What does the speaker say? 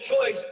choice